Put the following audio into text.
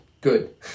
good